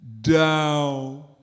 down